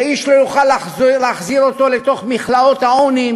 ואיש לא יוכל להחזיר אותו לתוך מכלאות העוני,